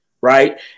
right